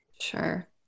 Sure